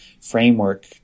framework